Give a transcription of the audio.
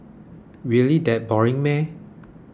really that boring